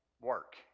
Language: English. work